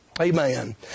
Amen